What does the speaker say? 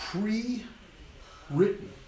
pre-written